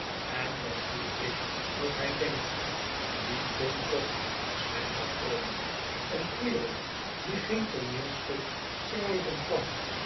en danvoel ik dat hy denkt diedomkop is myn patroon een kerel die geen tooneelstuk schryven kan